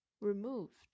removed